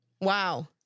Wow